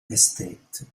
estate